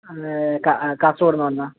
കാസർഗോഡ് നിന്ന് വന്നത്